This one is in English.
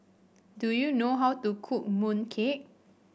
do you know how to cook mooncake